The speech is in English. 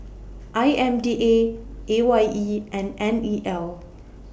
I M D A A Y E and N E L